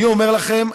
אני אומר לכם,